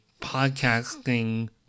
podcasting